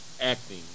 acting